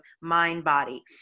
mind-body